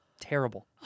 Terrible